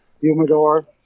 humidor